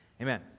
Amen